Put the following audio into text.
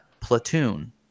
Platoon